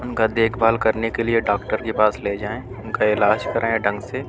ان کا دیکھ بھال کرنے کے لیے ڈاکٹر کے پاس لے جائیں ان کا علاج کرائیں ڈھنگ سے